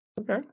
Okay